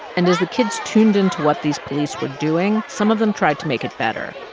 and as the kids tuned into what these police were doing, some of them tried to make it better,